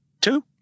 Two